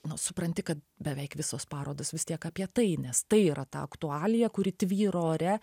nu supranti kad beveik visos parodos vis tiek apie tai nes tai yra ta aktualija kuri tvyro ore